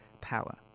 power